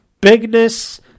bigness